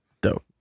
Dope